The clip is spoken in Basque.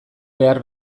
behar